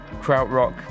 krautrock